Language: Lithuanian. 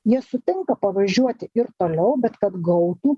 jie sutinka pavažiuoti ir toliau bet kad gautų